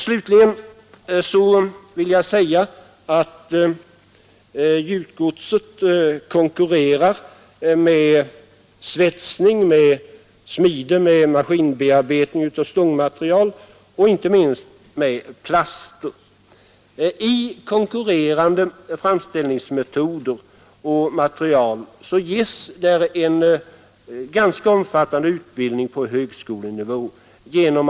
Slutligen skulle jag vilja säga att gjutgodset konkurrerar med svetsning, smide, maskinbearbetning ur stångmaterial samt inte minst med plaster. I de konkurrerande framställningsmetoderna och materialen ges omfattande utbildning på högskolenivå.